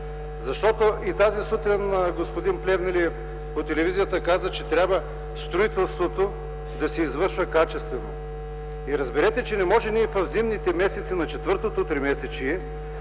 Защото и тази сутрин господин Плевнелиев каза по телевизията, че строителството трябва да се извършва качествено. Разберете, че не може в зимните месеци на четвъртото тримесечие